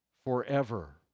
forever